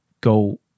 go